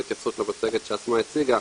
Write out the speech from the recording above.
בהתייחסות למצגת שאסמאא הציגה,